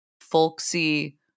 folksy